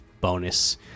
bonus